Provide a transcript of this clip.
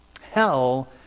hell